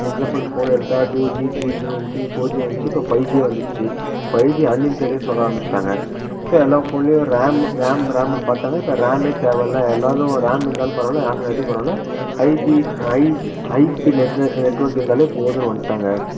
example ஃபோனை எடுத்தால் two G three ஜின்னு இருந்துச்சு ஃபோர் ஜின்னு வந்துச்சு இப்போ ஃபைவ் ஜின்னு வந்துடுச்சு ஃபைவ் ஜி அன்லிமிட்டெடுன்னு சொல்ல ஆரம்பிச்சுட்டாங்க ஸோ எல்லா ஃபோன்லேயும் ரேம் ரேம்ன்னு பார்த்தாங்க இப்போ ரேமே தேவை இல்லை எல்லோரும் ரேம் இருந்தாலும் பரவாயில்ல ரேம் இல்லாட்டியும் பரவாயில்ல ஹை ஸ்பீடு நெட்ஒர்க் இருந்தாலே போதும்ன்னு வந்துட்டாங்க